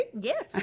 Yes